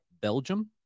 Belgium